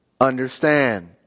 understand